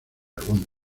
algún